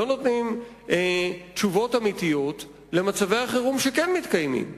לא נותנים תשובות אמיתיות על מצבי החירום שכן מתקיימים.